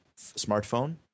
smartphone